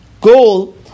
goal